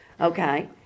Okay